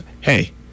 Hey